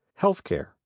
healthcare